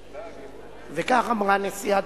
וכך אמרה נשיאת